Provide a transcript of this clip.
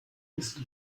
ist